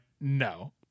no